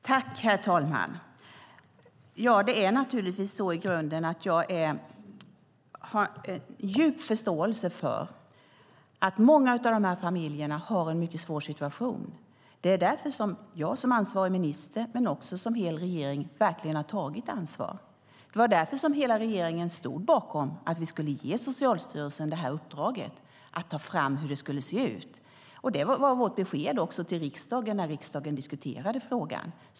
Herr talman! Jag har i grunden en djup förståelse för att många av dessa familjer har en mycket svår situation. Det är därför som jag som ansvarig minister men också hela regeringen verkligen har tagit ansvar. Det var därför som hela regeringen stod bakom att vi skulle ge Socialstyrelsen uppdraget att ta fram hur det skulle se ut. Det var också vårt besked till riksdagen när riksdagen diskuterade frågan.